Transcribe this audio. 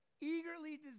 eagerly